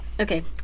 Okay